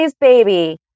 baby